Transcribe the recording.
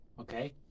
Okay